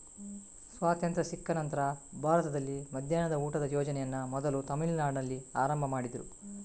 ಸ್ವಾತಂತ್ರ್ಯ ಸಿಕ್ಕ ನಂತ್ರ ಭಾರತದಲ್ಲಿ ಮಧ್ಯಾಹ್ನದ ಊಟದ ಯೋಜನೆಯನ್ನ ಮೊದಲು ತಮಿಳುನಾಡಿನಲ್ಲಿ ಆರಂಭ ಮಾಡಿದ್ರು